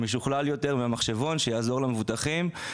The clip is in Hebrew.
משוכלל יותר ומחשבון שיעזור למבוטחים.